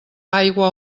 aigua